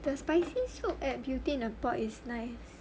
the spicy soup at Beauty in The Pot is nice